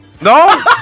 No